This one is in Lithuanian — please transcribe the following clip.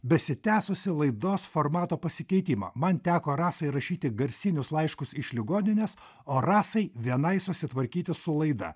besitęsusį laidos formato pasikeitimą man teko rasai rašyti garsinius laiškus iš ligoninės o rasai vienai susitvarkyti su laida